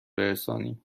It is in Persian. برسانیم